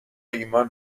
ایمان